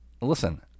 Listen